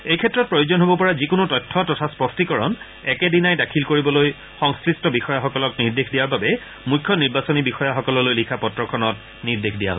এই ক্ষেত্ৰত প্ৰয়োজন হব পৰা যিকোনো তথ্য তথা স্পষ্টীকৰণ একেদিনাই দাখিল কৰিবলৈ সংশ্লিষ্ট বিষয়াসকলক নিৰ্দেশ দিয়াৰ বাবে মুখ্য নিৰ্বাচনী বিষয়াসকললৈ লিখা পত্ৰখনত নিৰ্দেশ দিয়া হৈছে